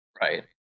right